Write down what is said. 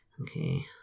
Okay